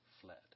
fled